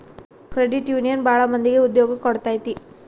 credit union ಭಾಳ ಮಂದಿಗೆ ಉದ್ಯೋಗ ಕೊಟ್ಟೈತಿ